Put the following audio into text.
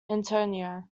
antonio